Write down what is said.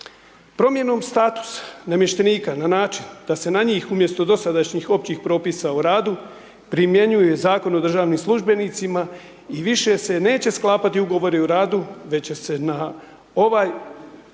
Promjenom statusa namještenika na način, da se na njih, umjesto dosadašnjih općih propisa u radu, primjenjuje Zakon o državnim službenicima, i više se neće sklapati ugovori o radu, već će na svoj